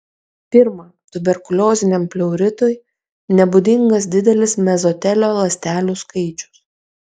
pirma tuberkulioziniam pleuritui nebūdingas didelis mezotelio ląstelių skaičius